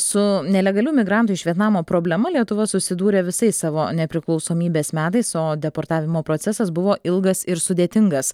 su nelegalių migrantų iš vietnamo problema lietuva susidūrė visais savo nepriklausomybės metais o deportavimo procesas buvo ilgas ir sudėtingas